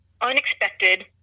unexpected